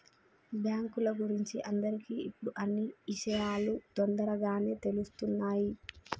బాంకుల గురించి అందరికి ఇప్పుడు అన్నీ ఇషయాలు తోందరగానే తెలుస్తున్నాయి